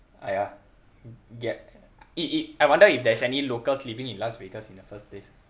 !aiya! ya i~ i~ I wonder if there's any locals living in las vegas in the first place